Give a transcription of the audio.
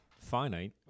finite